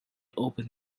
open